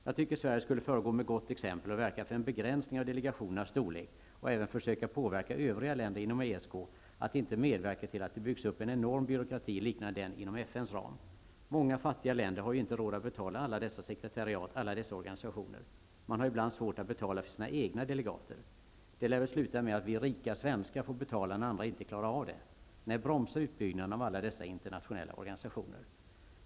Jag tycker att Sverige skulle föregå med gott exempel och verka för en begränsning av delegationernas storlek samt även försöka få övriga länder inom ESK att inte medverka till att det byggs upp en enorm byråkrati liknande den inom FN:s ram. Många fattiga länder har ju inte råd att betala alla dessa sekretariat, alla dessa organisationer. Man har ibland svårt att betala för sina egna delegater. Det lär väl sluta med att vi rika svenskar får betala när andra inte klarar av det. Nej, bromsa utbyggnaden av alla dessa internationella organisationer.